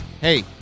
hey